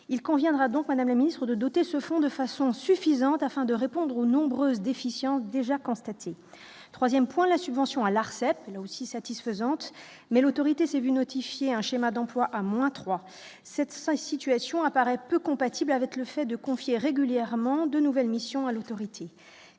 il conviendra donc Madame la Ministre, de doter ce fonds de façon suffisante afin de répondre aux nombreuses déficiences déjà constaté 3ème point la subvention à l'Arcep aussi satisfaisante mais l'autorité s'est vu notifier un schéma d'emploi à moins 3 7, sa situation apparaît peu compatible avec le fait de confier régulièrement de nouvelles missions à l'autorité